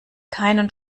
keinen